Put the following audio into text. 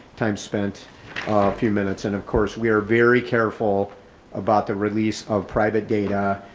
time spent a few minutes and of course, we are very careful about the release of private data.